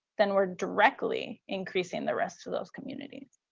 then we're directly increasing the rest of those communities.